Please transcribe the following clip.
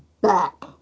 Back